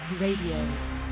Radio